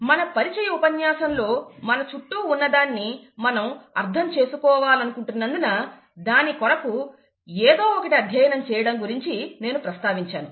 మన పరిచయ ఉపన్యాసంలో మన చుట్టూ ఉన్నదాన్ని మనం అర్థం చేసుకోవాలనుకుంటున్నందున దాని కొరకు ఏదో ఒకటి అధ్యయనం చేయడం గురించి నేను ప్రస్తావించాను